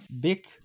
big